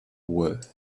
worth